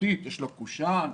יש לו קושאן,